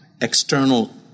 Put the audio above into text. external